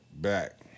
back